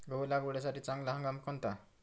गहू लागवडीसाठी चांगला हंगाम कोणता?